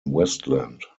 westland